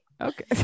okay